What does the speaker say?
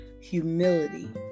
Humility